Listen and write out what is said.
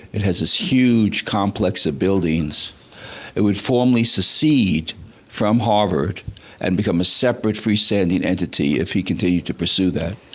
it has this huge complex of buildings it would formally secede from harvard and become become a separate freestanding entity if he continued to pursue that.